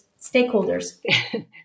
stakeholders